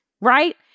right